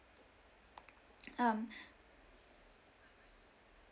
um